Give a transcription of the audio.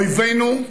אויבינו,